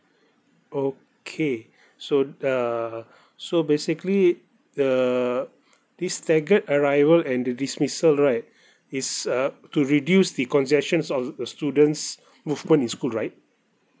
okay so uh so basically the this staggered arrival and the dismissal right is uh to reduce the congestion of the students movement in school right